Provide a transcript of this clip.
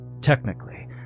Technically